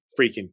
freaking